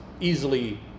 easily